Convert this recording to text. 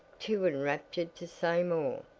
too enraptured to say more.